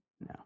No